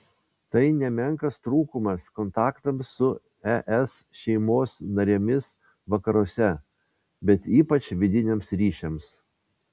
tai nemenkas trūkumas kontaktams su es šeimos narėmis vakaruose bet ypač vidiniams ryšiams